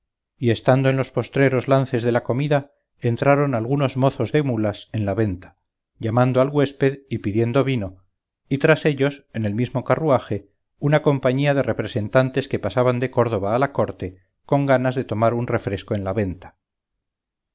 y estando en los postreros lances de la comida entraron algunos mozos de mulas en la venta llamando al güésped y pidiendo vino y tras ellos en el mismo carruaje una compañía de representantes que pasaban de córdoba a la corte con ganas de tomar un refresco en la venta